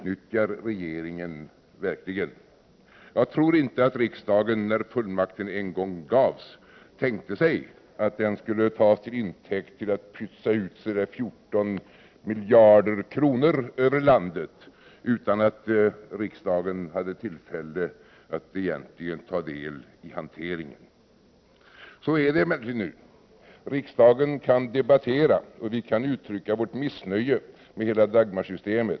När fullmakten en gång gavs tror jag inte att riksdagen tänkte sig att den skulle tas till intäkt för att pytsa ut ungefär 14 miljarder kronor över landet, utan att riksdagen hade tillfälle att egentligen ta del av hanteringen. Så är emellertid situationen nu. Riksdagen kan visserligen debattera och uttrycka sitt missnöje med hela Dagmarsystemet.